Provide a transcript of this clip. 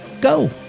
Go